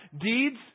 deeds